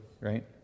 right